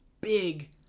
big